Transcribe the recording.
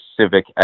civic